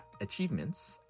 achievements